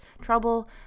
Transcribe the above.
trouble